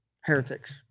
heretics